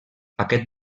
aquest